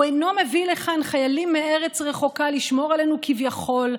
הוא אינו מביא לכאן חיילים מהארץ רחוקה לשמור עלינו כביכול,